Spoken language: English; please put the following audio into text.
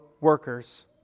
workers